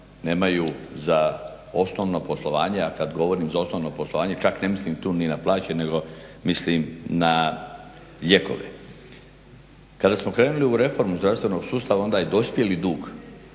nemaju za osnovno poslovanje, a kad govorim za osnovno poslovanje čak ne mislim tu ni na plaće nego mislim na lijekove. Kada smo krenuli u reformu zdravstvenog sustavu onda je dospjeli dug